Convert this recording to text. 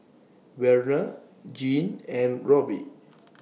Werner Jean and Robbie